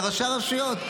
זה ראשי הרשויות.